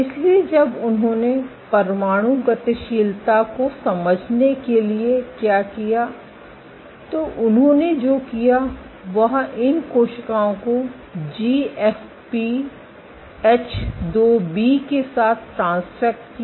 इसलिए जब उन्होंने परमाणु गतिशीलता को समझने के लिए क्या किया तो उन्होंने जो किया वह इन कोशिकाओं को जीएफपी एच2बी के साथ ट्रांसफ़ेक्ट किया